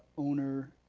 owner,